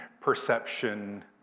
perception